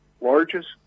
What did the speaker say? largest